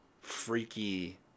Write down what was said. freaky